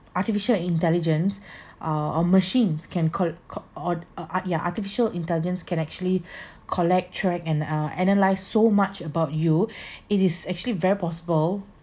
artificial intelligence are uh machines can col~ col~ or uh yeah artificial intelligence can actually collect track and uh analyse so much about you it is actually very possible